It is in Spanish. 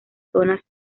zonas